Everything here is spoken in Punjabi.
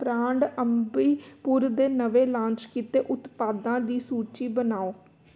ਬ੍ਰਾਂਡ ਅੰਬੀਪੁਰ ਦੇ ਨਵੇਂ ਲਾਂਚ ਕੀਤੇ ਉਤਪਾਦਾਂ ਦੀ ਸੂਚੀ ਬਣਾਓ